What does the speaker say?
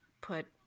put